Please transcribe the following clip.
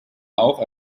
auch